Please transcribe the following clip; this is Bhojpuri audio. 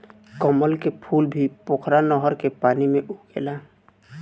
कमल के फूल भी पोखरा नहर के पानी में उगेला